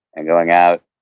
and going out,